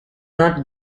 not